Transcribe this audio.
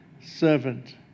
servant